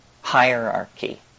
hierarchy